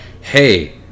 hey